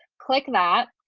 click that.